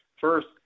First